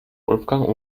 wolfgang